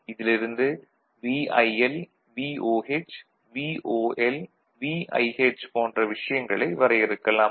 இதிலிருந்து VIL VOH VOL VIH போன்ற விஷயங்களை வரையறுக்கலாம்